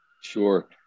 Sure